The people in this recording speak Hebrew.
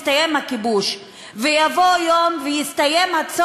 יבוא יום ויסתיים הכיבוש,